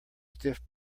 stiff